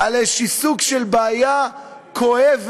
על איזה סוג של בעיה כואבת,